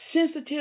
Sensitive